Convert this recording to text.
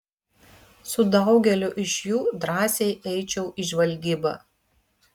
su daugeliu iš jų drąsiai eičiau į žvalgybą